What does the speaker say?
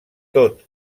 tot